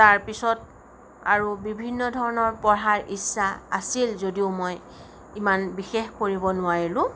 তাৰ পিছত আৰু বিভিন্ন ধৰণৰ পঢ়াৰ ইচ্ছা আছিল যদিও মই ইমান বিশেষ পঢ়িব নোৱাৰিলোঁ